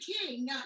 king